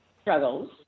struggles